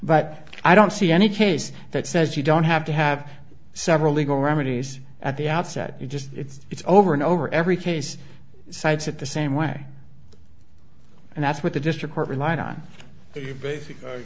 but i don't see any case that says you don't have to have several legal remedies at the outset you just it's over and over every case sites at the same way and that's what the district court relied on the basic